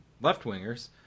left-wingers